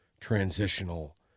transitional